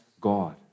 God